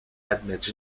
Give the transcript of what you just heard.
admettent